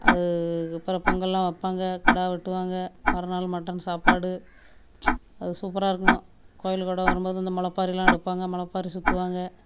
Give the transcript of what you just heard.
அது அதற்கு அப்புறோம் பொங்கல்லாம் வைப்பாங்க கெடா வெட்டுவாங்க மறுநாள் மட்டன் சாப்பாடு அது சூப்பராக இருக்கும் கோயில் கொடை வரும்போது அந்த முளைப்பாரிலாம் எடுப்பாங்க முளைப்பாரி சுற்றுவாங்க